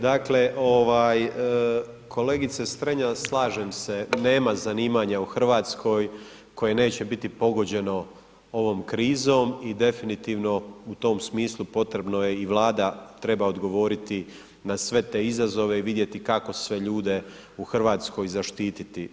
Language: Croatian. Dakle, kolegice Strenja slažem se, nema zanimanja u Hrvatskoj koje neće biti pogođeno ovom krizom i definitivno u tom smislu potrebno je i Vlada treba odgovoriti na sve te izazove i vidjeti kako sve ljude u Hrvatskoj zaštititi.